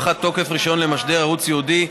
הארכת תוקף רישיון למשדר ערוץ ייעודי),